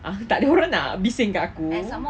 tak ada orang nak bisingkan aku